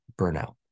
burnout